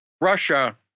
Russia